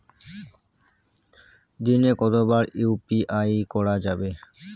দিনে কতবার ইউ.পি.আই করা যাবে?